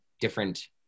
different